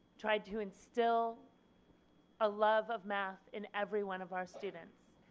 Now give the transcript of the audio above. tried to instill a love of math in every one of our students.